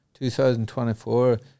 2024